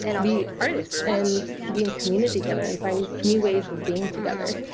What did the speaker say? be artists and be in community together and find new ways of being together.